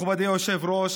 מכובדי היושב-ראש,